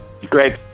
Great